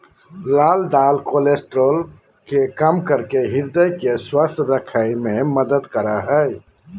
लाल दाल कोलेस्ट्रॉल के कम करके हृदय के स्वस्थ रखे में मदद करो हइ